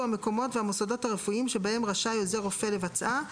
המקומות והמוסדות הרפואיים שבהם רשאי עוזר רופא לבצעה,